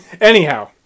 Anyhow